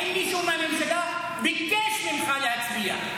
האם מישהו מהממשלה ביקש ממך להצביע?